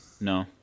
No